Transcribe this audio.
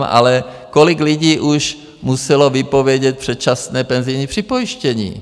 Ale kolik lidí už muselo vypovědět předčasně penzijní připojištění?